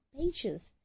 pages